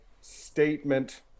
statement